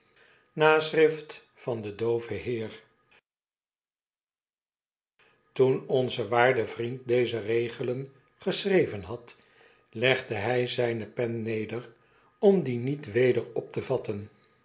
naschbift van den dooven heer toen onze waarde vriend deze regelen geschreven had legde hy zyne pen neder om die niet weder op te vatten